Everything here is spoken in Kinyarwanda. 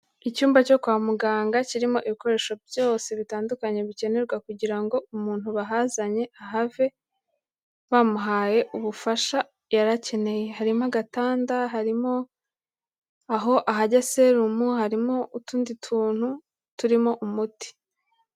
Icyumba cyo kwa muganga kirimo ibikoresho byose bitandukanye bikenerwa kugira ngo umuntu bahazanye ahave, bamuhaye ubufasha yari akeneye, harimo agatanda, harimo aho ahajya serumu, harimo utundi tuntu turimo umuti.